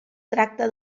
tracta